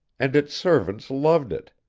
and its servants loved it.